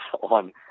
on